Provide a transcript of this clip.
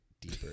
deeper